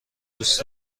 دوست